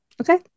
Okay